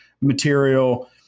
material